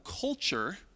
culture